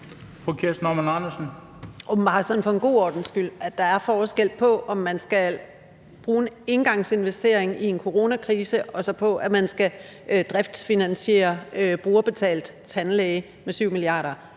er der forskel på, om man skal foretage en engangsinvestering i en coronakrise, eller om man skal driftsfinansiere brugerbetalt tandlæge med 7 mia. kr.